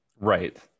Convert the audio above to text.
Right